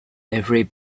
every